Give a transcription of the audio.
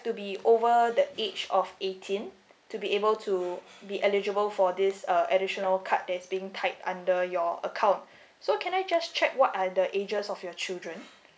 to be over the age of eighteen to be able to be eligible for this uh additional card that is being tied under your account so can I just check what are the ages of your children